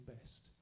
best